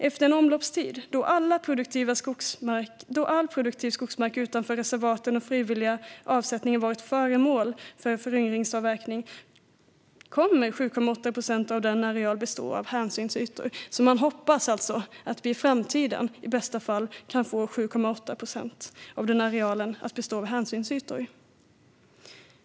Efter en omloppstid, då all produktiv skogsmark utanför reservat och frivilliga avsättningar varit föremål för föryngringsavverkning kommer 7,8 procent av den arealen att bestå av hänsynsytor." Man hoppas alltså att vi i framtiden i bästa fall kan få 7,8 procent av den arealen att bestå av hänsynsytor.